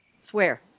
Swear